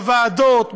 בוועדות,